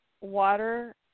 water